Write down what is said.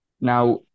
Now